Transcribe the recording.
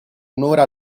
un’ora